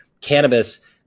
cannabis